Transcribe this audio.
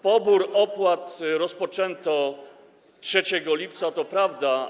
Pobór opłat rozpoczęto 3 lipca, to prawda.